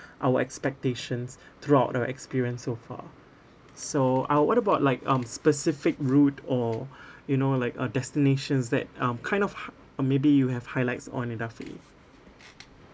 our expectations throughout our experience so far so I'll what about like um specific route or you know like a destinations that um kind of hig~ or maybe you have highlights on idafi